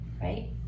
Right